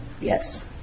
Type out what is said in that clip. Yes